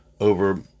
over